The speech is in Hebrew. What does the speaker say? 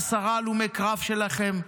מכירים את עשרת הלומי הקרב שלכם?